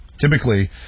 Typically